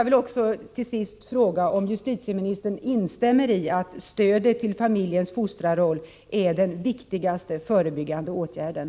Till sist vill jag fråga om justitieministern instämmer i att stödet till familjens fostrarroll är den viktigaste förebyggande åtgärden.